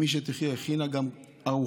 אימי, שתחייה, הכינה גם ארוחה.